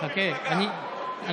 זה לא במפלגה, זה לא בתקנון של הכנסת.